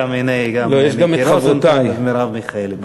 הנה, גם חברת הכנסת מרב מיכאלי.